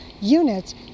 units